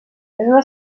una